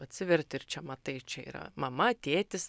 atsiverti ir čia matai čia yra mama tėtis